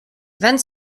vingt